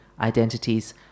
identities